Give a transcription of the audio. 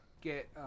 get